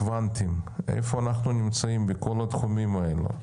הקוונטים - איפה אנחנו נמצאים בכל התחומים האלה.